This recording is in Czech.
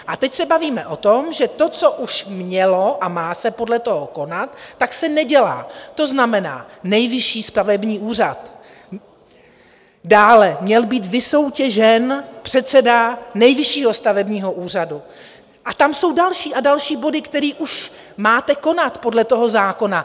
A teď se bavíme o tom, že to, co už mělo a má se podle toho konat, tak se nedělá, to znamená Nejvyšší stavební úřad, dále měl být vysoutěžen předseda Nejvyššího stavebního úřadu, a tam jsou další a další body, které už máte podle toho zákona konat.